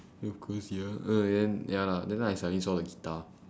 look who's here uh then ya lah then I suddenly saw the guitar